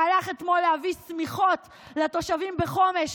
שהלך אתמול להביא שמיכות לתושבים בחומש,